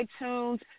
iTunes